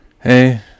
Hey